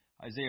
Isaiah